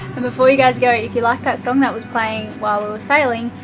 and before you guys go, if you like that song that was playing while we were sailing,